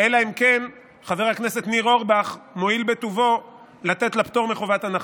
אלא אם כן חבר הכנסת ניר אורבך מואיל בטובו לתת לה פטור מחובת הנחה,